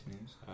news